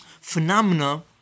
phenomena